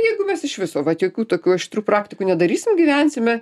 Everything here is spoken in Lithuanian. jeigu mes iš viso jokių tokių aštrių praktikų nedarysim gyvensime